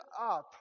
up